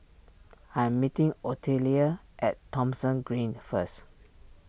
I am meeting Ottilia at Thomson Green first